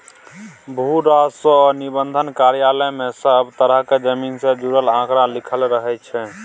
भू राजस्व आ निबंधन कार्यालय मे सब तरहक जमीन सँ जुड़ल आंकड़ा लिखल रहइ छै